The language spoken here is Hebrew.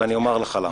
אני אומר לך למה.